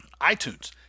iTunes